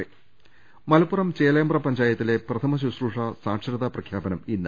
രദ്ദേഷ്ടങ മലപ്പുറം ചേലേമ്പ്ര പഞ്ചായത്തിലെ പ്രഥമ ശുശ്രൂഷാ സാക്ഷരതാ പ്രഖ്യാ പനം ഇന്ന്